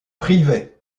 privé